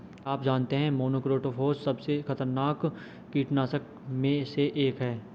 क्या आप जानते है मोनोक्रोटोफॉस सबसे खतरनाक कीटनाशक में से एक है?